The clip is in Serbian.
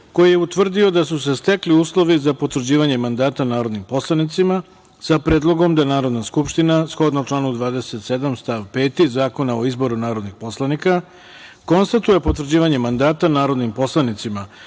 koji je utvrdio da su se stekli uslovi za potvrđivanje mandata narodnim poslanicima, sa predlogom da Narodna skupština, shodno članu 27. stav 5. Zakona o izboru narodnih poslanika, konstatuje potvrđivanje mandata narodnim poslanicima